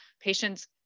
patients